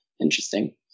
interesting